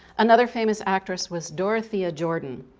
another famous actress was dorothea jordan.